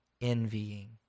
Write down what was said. envying